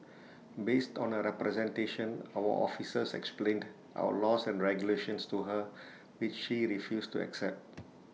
based on her representation our officers explained our laws and regulations to her which she refused to accept